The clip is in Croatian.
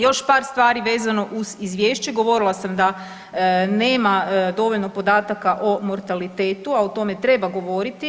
Još par stvari vezano uz izvješće, govorila sam da nema dovoljno podataka o mortalitetu, a o tome treba govoriti.